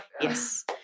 yes